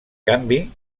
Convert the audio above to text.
canvi